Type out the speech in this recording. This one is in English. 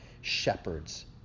shepherds